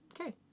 Okay